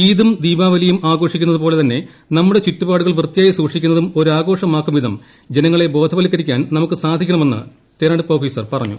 ഈദും ദീപാവലിയും ആഘോഷിക്കുന്നതുപോലെ തന്നെ നമ്മുടെ ചുറ്റുപാടുകൾ വൃത്തിയായി സൂക്ഷിക്കുന്നതും ഒരാഘോഷമാക്കുംവിധം ജനങ്ങളെ ബോധവൽക്കരിക്കാൻ നമുക്ക് സാധിക്കണമെന്ന് തെരഞ്ഞടുപ്പ് ഓഫീസർ പറഞ്ഞു